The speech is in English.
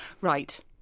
Right